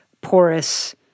porous